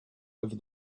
over